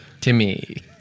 Timmy